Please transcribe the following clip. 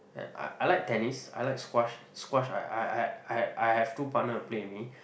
I I like tennis I like squash squash I I I I have two partner to play with me